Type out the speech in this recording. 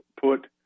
put